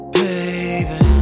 baby